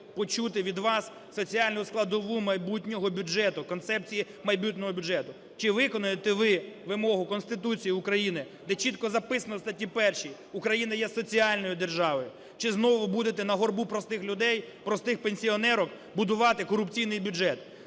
почути від вас соціальну складову майбутнього бюджету, концепції майбутнього бюджету. Чи виконаєте ви вимогу Конституції України, де чітко записано у статті 1: "Україна є соціальною державою"? Чи знову будете на горбу простих людей, простих пенсіонерок будувати корупційний бюджет?